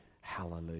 Hallelujah